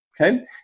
Okay